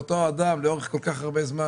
העיסוק באותו אדם לאורך כל כך הרבה זמן,